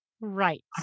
Right